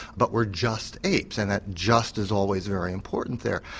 but we're just apes and that just is always very important there.